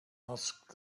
asked